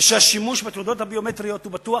והשימוש בתעודות הביומטריות הוא בטוח